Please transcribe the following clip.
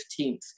15th